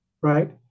Right